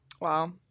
Wow